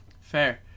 Fair